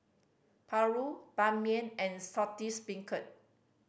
paru Ban Mian and Saltish Beancurd